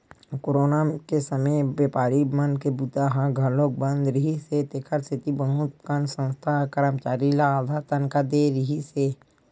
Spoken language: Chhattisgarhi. कोरोना के समे बेपारी मन के बूता ह घलोक बंद रिहिस हे तेखर सेती बहुत कन संस्था ह करमचारी ल आधा तनखा दे रिहिस हे